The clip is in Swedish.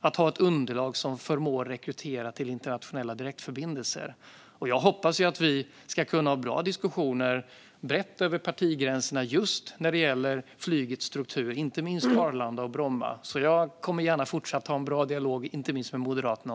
och ha ett underlag som förmår att rekrytera till internationella direktförbindelser. Jag hoppas att vi ska kunna ha bra diskussioner brett över partigränserna när det gäller flygets struktur, inte minst på Arlanda och Bromma. Jag fortsätter gärna att ha en bra dialog om detta, inte minst med Moderaterna.